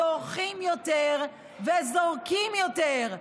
צורכים יותר וזורקים יותר,